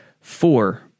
four